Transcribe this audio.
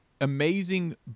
amazing